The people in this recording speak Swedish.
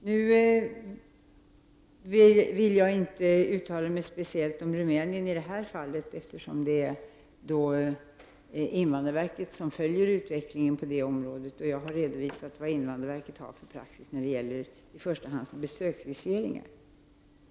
Nu vill jag inte uttala mig speciellt om Rumänien, eftersom det är invandrarverket som följer utvecklingen på området. Jag har redovisat invandrarverkets praxis när det gäller i första hand besöksviseringar.